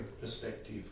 perspective